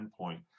endpoint